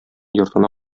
йортына